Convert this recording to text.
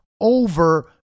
over